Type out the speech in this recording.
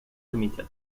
комитета